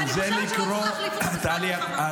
אי-אפשר.